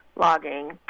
logging